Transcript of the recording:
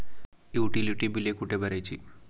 Utility बिले कुठे भरायची?